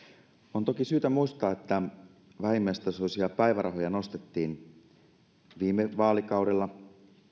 on toki syytä muistaa että vähimmäistasoisia päivärahoja nostettiin viime vaalikaudella